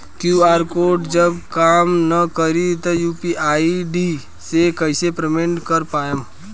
QR code जब काम ना करी त यू.पी.आई आई.डी से कइसे पेमेंट कर पाएम?